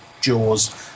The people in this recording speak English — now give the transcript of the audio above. Jaws